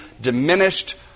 diminished